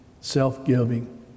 self-giving